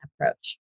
approach